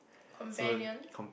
companion